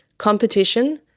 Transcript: competition,